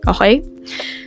okay